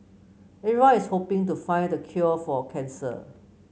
everyone is hoping to find the cure for cancer